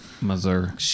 Mazur